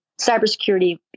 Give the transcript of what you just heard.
cybersecurity